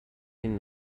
این